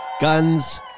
Guns